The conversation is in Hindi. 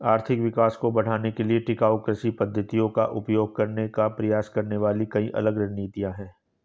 आर्थिक विकास को बढ़ाने के लिए टिकाऊ कृषि पद्धतियों का उपयोग करने का प्रयास करने वाली कई अलग रणनीतियां हैं